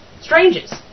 strangers